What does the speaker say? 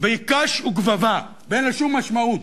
בקש וגבבה, ואין לה שום משמעות.